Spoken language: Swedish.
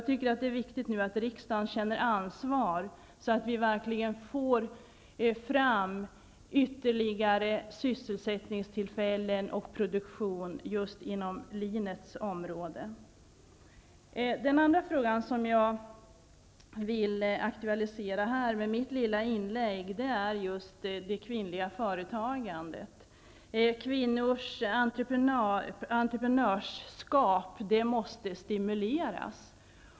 Det är viktigt att riksdagen nu känner ansvar för att det skapas ytterligare sysselsättningstillfällen och produktion just inom linets område. Den andra fråga som jag vill aktualisera med mitt lilla inlägg är det kvinnliga företagandet. Kvinnors entreprenörskap måste stimuleras.